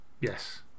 yes